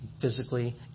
physically